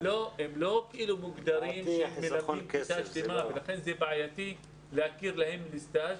הם לא מוגדרים כמי שמלמדים כיתה שלמה ולכן זה בעייתי להכיר להם כהתמחות.